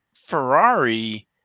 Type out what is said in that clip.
Ferrari